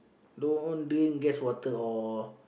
don't drink gas water or